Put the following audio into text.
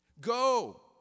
Go